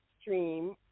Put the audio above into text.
stream